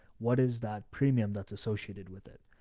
what is that premium that's associated with it?